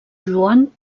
joan